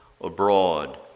abroad